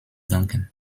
danken